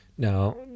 Now